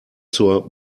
zur